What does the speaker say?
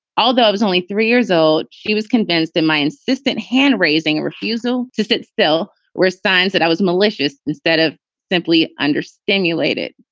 although i was only three years old, she was convinced that my insistent hand raising a refusal to sit still were signs that i was malicious. instead of simply under stimulated,